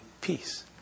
Peace